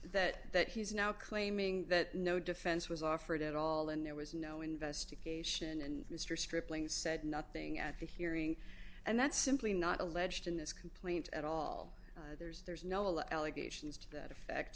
that that he's now claiming that no defense was offered at all and there was no investigation and mr stripling said nothing at the hearing and that's simply not alleged in this complaint at all there's there's no allegations to that effect